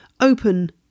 open